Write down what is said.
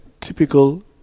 typical